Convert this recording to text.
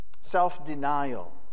self-denial